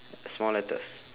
small letters